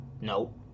No